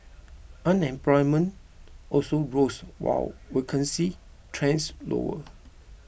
unemployment also rose while vacancies trends lower